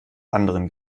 anderen